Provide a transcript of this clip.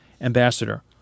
ambassador